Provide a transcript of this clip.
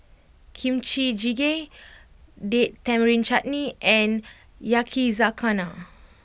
Kimchi Jjigae Date Tamarind Chutney and Yakizakana